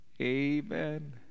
Amen